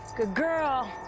good girl!